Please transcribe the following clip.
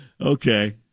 Okay